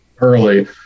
early